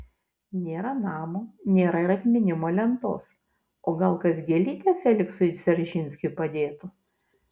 nėra namo nėra ir atminimo lentos o gal kas gėlytę feliksui dzeržinskiui padėtų